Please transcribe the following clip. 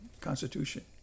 Constitution